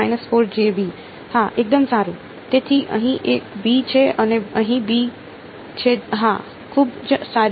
હા એકદમ સારું તેથી અહીં એક b છે અને અહીં b છે હા ખૂબ જ સારી